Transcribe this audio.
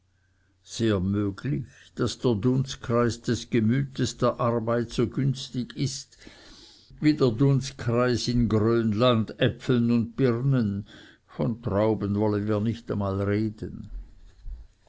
sehr möglich daß der dunstkreis des gemütes der arbeit so günstig ist bei uns wie der dunstkreis in grönland äpfeln und birnen von trauben wollen wir nicht einmal reden